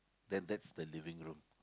then that's the living room